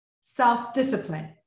Self-discipline